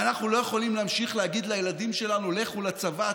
ואנחנו לא יכולים להמשיך להגיד לילדים שלנו: לכו לצבא,